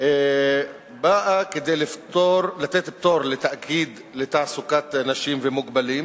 מציעה לתת פטור לתאגיד לתעסוקת נכים ומוגבלים